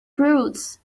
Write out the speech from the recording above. prudes